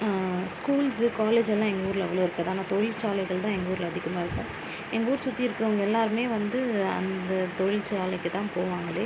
schools college எல்லாம் எங்கள் ஊரில் அவ்வளோ இருக்காது ஆனால் தொழிற்சாலைகள் தான் எங்கள் ஊரில் அதிகமாக இருக்கும் எங்கள் ஊர் சுற்றி இருக்குறவங்க எல்லாருமே வந்து அந்த தொழிற்சாலைக்கு தான் போவாங்களே